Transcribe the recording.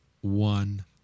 one